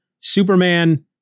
Superman